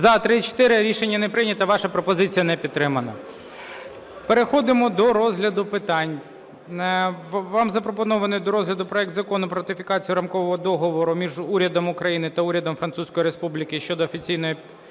За-34 Рішення не прийнято. Ваша пропозиція не підтримана. Переходимо до розгляду питань. Вам запропонований до розгляду проект Закону про ратифікацію Рамкового договору між Урядом України та Урядом Французької Республіки щодо офіційної